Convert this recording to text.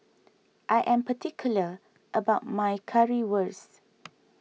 I am particular about my Currywurst